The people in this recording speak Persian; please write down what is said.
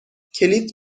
کلید